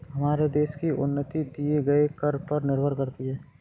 हमारे देश की उन्नति दिए गए कर पर निर्भर करती है